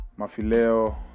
Mafileo